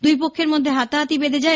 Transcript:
দুই পক্ষের মধ্যে হাতাহাতি বেধে যায়